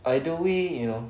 either way you know